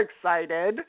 excited